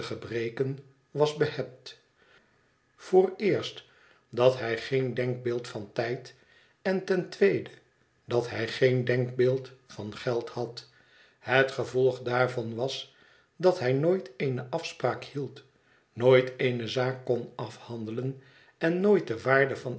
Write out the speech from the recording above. gebreken was behebt vooreerst dat hij geen denkbeeld van tijd en ten tweede dat hij geen denkbeeld van geld had het gevolg daarvan was dat hij nooit eene afspraak hield nooit eene zaak kon afhandelen en nooit de waarde van